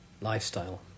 lifestyle